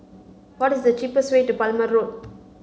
what is the cheapest way to Palmer Road